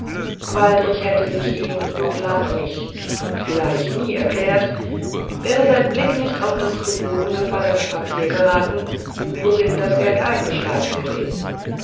waldrich hätte sich ihn noch lange nicht und vielleicht nie erklärt wäre sein blick nicht auf das zu boden gefallene papier geraten worin das geld eingeschlagen gewesen